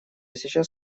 сейчас